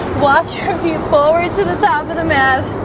watch review forward to the top of the mat